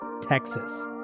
Texas